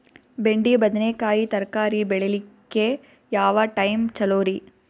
ಬೆಂಡಿ ಬದನೆಕಾಯಿ ತರಕಾರಿ ಬೇಳಿಲಿಕ್ಕೆ ಯಾವ ಟೈಮ್ ಚಲೋರಿ?